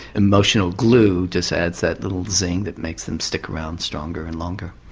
emotional glue just adds that little zing that makes them stick around stronger and longer.